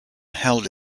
held